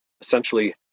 essentially